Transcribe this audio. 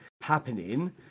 happening